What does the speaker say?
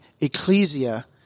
Ecclesia